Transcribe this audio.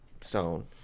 stone